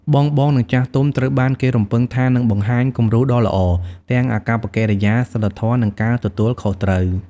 បងៗ និងចាស់ទុំត្រូវបានគេរំពឹងថានឹងបង្ហាញ គំរូដ៏ល្អ ទាំងអាកប្បកិរិយា សីលធម៌ និងការទទួលខុសត្រូវ។